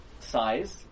size